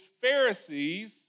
Pharisee's